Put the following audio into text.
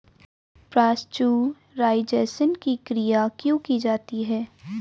Pasteurisation की क्रिया क्यों की जाती है?